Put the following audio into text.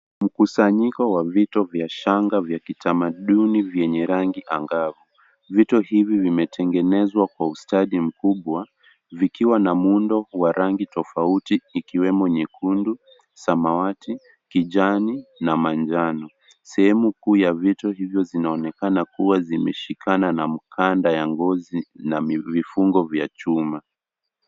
Mkusanyiko wa vito vya shanga vya kitamaduni, vyenye rangi angavu. Vito hivi vimetengenezwa kwa ustadi mkubwa, vikiwa na muundo wa rangi tofauti, ikiwemo nyekundu, samawati, kijani na manjano. Sehemu kuu ya vito hizo zinaonekana kuwa zimeshikana na mkanda ya ngozi na vifungo vya chuma.